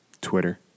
Twitter